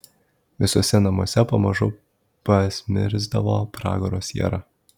visuose namuose pamažu pasmirsdavo pragaro siera